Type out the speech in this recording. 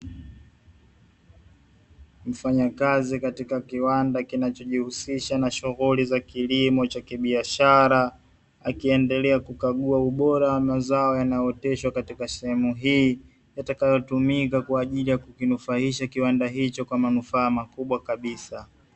Mfanyakazi katika kiwanda kinachojihusisha na shughuli za kilimo cha kibiashara, akiendelea kukagua ubora wa mazao yanayooteshwa katika sehemu hii, yatakayotumika kwaajili ya kukinufaisha kiwanda hicho kwa manufaa makubwa kabisa.